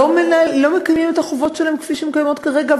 אבל הם לא מקיימים את החובות שלהם כפי שהם קיימים כרגע.